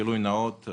גילוי נאות: